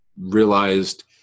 realized